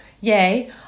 yay